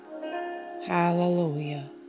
Hallelujah